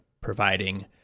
providing